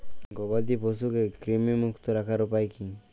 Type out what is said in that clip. গবাদি পশুকে কৃমিমুক্ত রাখার উপায় কী?